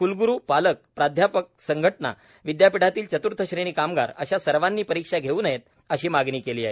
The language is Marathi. क्लग्रू पालक प्राध्यापक संघटना विद्यापीठांतील चत्र्थ श्रेणी कामगार अशा सर्वांनी परिक्षा घेऊ नयेत अशी मागणी केली आहे